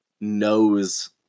knows